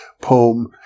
poem